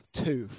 two